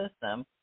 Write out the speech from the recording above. system